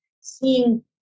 seeing